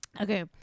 Okay